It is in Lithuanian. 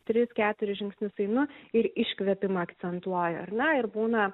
tris keturis žingsnius einu ir iškvėpimą akcentuoju ar na ir būna